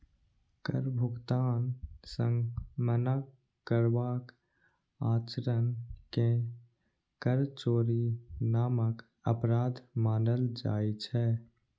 कर भुगतान सं मना करबाक आचरण कें कर चोरी नामक अपराध मानल जाइ छै